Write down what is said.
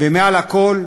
ומעל הכול,